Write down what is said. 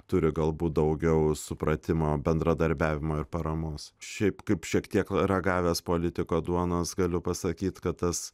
turi galbūt daugiau supratimo bendradarbiavimo ir paramos šiaip kaip šiek tiek ragavęs politiko duonos galiu pasakyt kad tas